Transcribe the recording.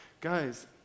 guys